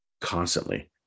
constantly